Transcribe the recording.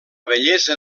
bellesa